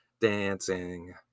Dancing